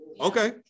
Okay